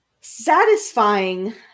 satisfying